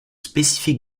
spécifiques